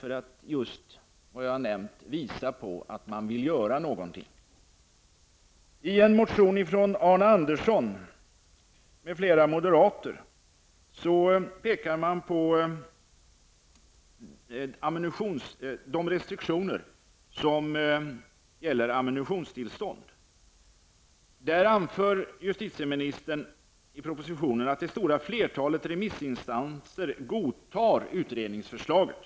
Men vill alltså just visa att man vill göra någonting. Arne Andersson i Ljung och några andra moderater pekar i en motion på de restriktioner som gäller ammunitionstillstånd. I propositionen anför justitieministern att det stora flertalet remissinstanser godtar utredningsförslaget.